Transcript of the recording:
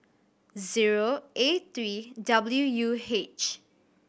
zeo A three W U H